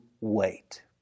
wait